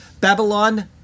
Babylon